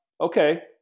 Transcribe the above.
Okay